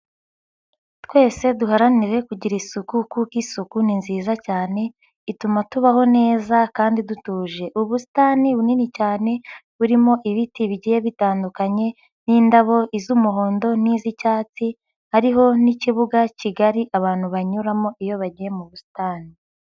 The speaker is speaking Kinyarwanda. Twese duharanire kugira isuku kuko isuku ni nziza cyane ituma tubaho neza kandi dutuje, ubusitani bunini cyane burimo ibiti bigiye bitandukanye n'indabo, iz'umuhondo n'iz'icyatsi hariho n'ikibuga kigari abantu banyuramo iyo bagiye mu busitani.